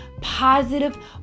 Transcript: positive